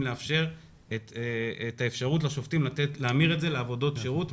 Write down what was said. רוצה לתת לשופטים את האפשרות להמיר את זה לעבודות שירות,